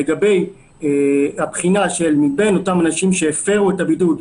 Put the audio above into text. לגבי הבחינה מבין אותם אנשים שהפרו את הבידוד,